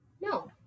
No